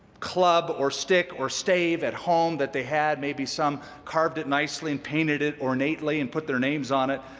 club or stick or stave at home that they had. maybe some carved it nicely and painted it ornately and put their names on it.